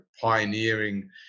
pioneering